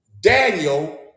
Daniel